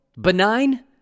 benign